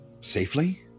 Safely